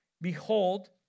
behold